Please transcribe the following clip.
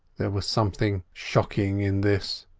there was something shocking in this.